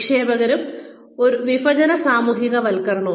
നിക്ഷേപവും വിഭജന സാമൂഹികവൽക്കരണവും